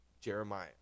Jeremiah